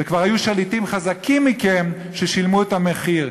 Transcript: וכבר היו שליטים חזקים מכם ששילמו את המחיר.